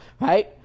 right